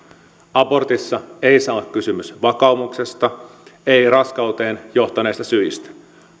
abortissa ei saa olla kysymys vakaumuksesta ei raskauteen johtaneista syistä